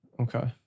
Okay